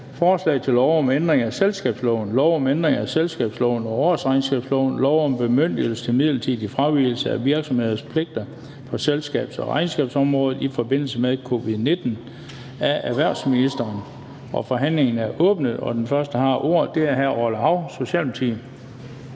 Forslag til lov om ændring af selskabsloven, lov om ændring af selskabsloven og årsregnskabsloven og lov om bemyndigelse til midlertidig fravigelse af virksomheders pligter på selskabs- og regnskabsområdet i forbindelse med covid-19. (Lempeligere krav til omregistrering af iværksætterselskaber til